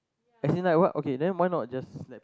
as in like why okay then why not just let